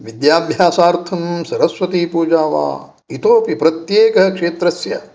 विद्याभ्यासार्थं सरस्वतीपूजा वा इतोपि प्रत्येकक्षेत्रस्य